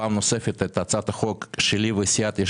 פעם נוספת את הצעת החוק שלי וסיעת יש